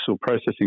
processing